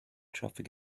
traffic